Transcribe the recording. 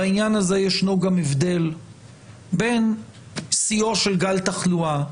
בעניין הזה ישנו גם הבדל בין שיאו של גל תחלואה,